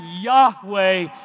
Yahweh